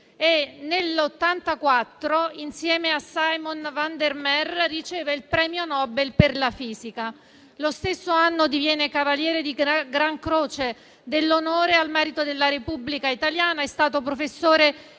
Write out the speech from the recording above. nel 1984, insieme a Simon van der Meer, riceve il premio Nobel per la fisica. Lo stesso anno diviene cavaliere di gran croce dell'Ordine al merito della Repubblica italiana. È stato professore